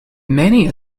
many